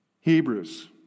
Hebrews